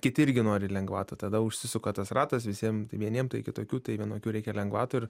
kiti irgi nori lengvatų tada užsisuka tas ratas visiem vieniem tai kitokių tai vienokių reikia lengvatų ir